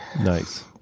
Nice